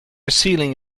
ceiling